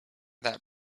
that